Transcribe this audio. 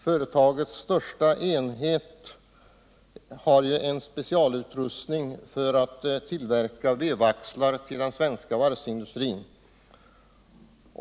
Företagets största enhet har en specialutrustning för att tillverka vevaxlar till den svenska varvsindustrin.